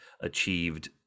achieved